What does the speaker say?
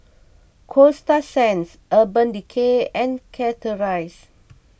Coasta Sands Urban Decay and Chateraise